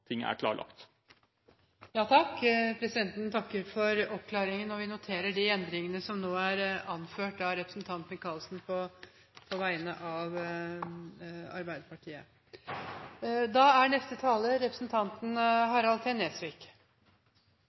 ting er klarlagt. Presidenten takker for oppklaringen og noterer de endringene som nå er anført av representanten Torgeir Micaelsen på vegne av Arbeiderpartiet.